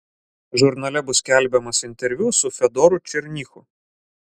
žurnale bus skelbiamas interviu su fedoru černychu